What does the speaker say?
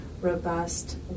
robust